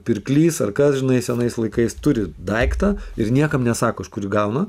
pirklys ar kas žinai senais laikais turi daiktą ir niekam nesako iš kur jų gauna